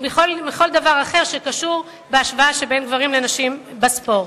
או מכל דבר אחר שקשור להשוואה שבין גברים לנשים בספורט.